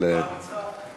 אבל, פעם ניצחה.